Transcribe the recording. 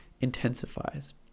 intensifies